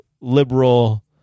liberal